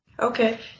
Okay